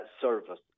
service